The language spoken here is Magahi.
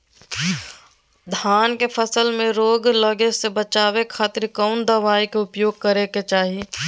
धान के फसल मैं रोग लगे से बचावे खातिर कौन दवाई के उपयोग करें क्या चाहि?